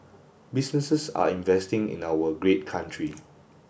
businesses are investing in our great country